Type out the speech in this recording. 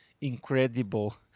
incredible